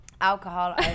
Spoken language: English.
Alcohol